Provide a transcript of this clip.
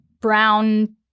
brown